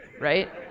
right